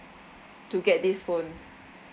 to get this phone